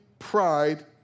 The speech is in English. pride